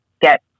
get